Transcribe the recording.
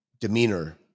demeanor